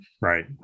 right